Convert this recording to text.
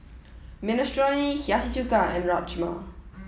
Minestrone Hiyashi Chuka and Rajma